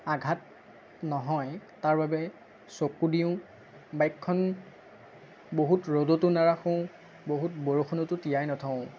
আঘাত নহয় তাৰ বাবে চকু দিওঁ বাইকখন বহুত ৰ'দতো নাৰাখোঁ বহুত বৰষুণতো তিয়াই নথওঁ